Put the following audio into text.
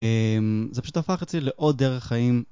זה פשוט הפך אצלי לעוד דרך חיים